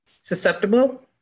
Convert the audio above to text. susceptible